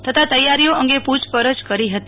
તથા તૈયારીઓ અંગે પુછપરછ કરી હતી